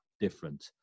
different